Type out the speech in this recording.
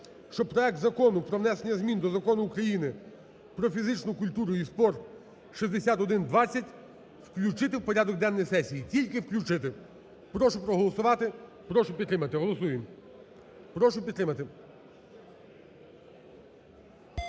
що проект Закону про внесення змін до Закону України про фізичну культуру і спорт (6120) включити в порядок денний сесії, тільки включити. Прошу проголосувати, прошу підтримати. Голосуємо. Прошу підтримати.